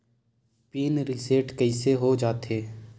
Pin reset कइसे हो जाथे?